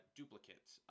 duplicates